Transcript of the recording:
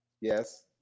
yes